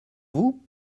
vous